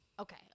Okay